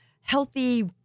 healthy